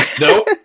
Nope